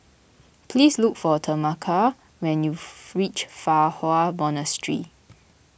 please look for Tameka when you reach Fa Hua Monastery